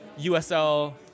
USL